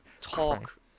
talk